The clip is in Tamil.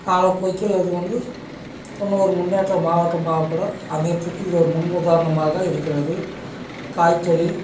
காலப்போக்கில் அது வந்து இன்னும் ஒரு முன்னேற்ற மாவட்டமாக கூட அமைகிறதுக்கு இது ஒரு முன் உதாரணமாக இருக்கிறது காய் தொழில்